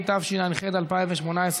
התשע"ח 2018,